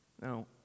Now